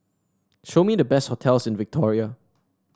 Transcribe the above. show me the best hotels in Victoria